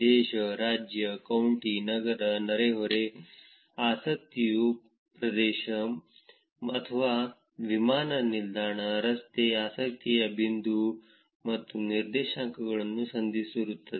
ದೇಶ ರಾಜ್ಯ ಕೌಂಟಿ ನಗರ ನೆರೆಹೊರೆ ಆಸಕ್ತಿಯ ಪ್ರದೇಶ ಅಥವಾ ವಿಮಾನ ನಿಲ್ದಾಣ ರಸ್ತೆ ಆಸಕ್ತಿಯ ಬಿಂದು ಮತ್ತು ನಿರ್ದೇಶಾಂಕಗಳು ಸಂದಿರುತ್ತದೆ